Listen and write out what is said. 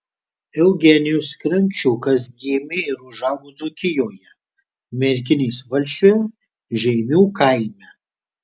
eugenijus krančiukas gimė ir užaugo dzūkijoje merkinės valsčiuje žeimių kaime